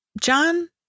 John